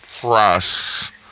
press